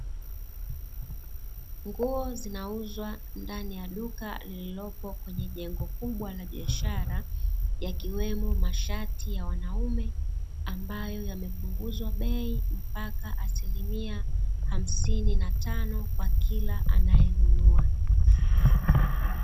Nguo zinauzwa ndani ya duka lililopo kwenye ya jengo kubwa la biashara, yakiwemo mashati ya wanaume, ambayo yamepunguzwa bei, mpka asilimia hamsini na tano kwa kila anayenunua.